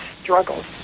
struggles